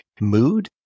mood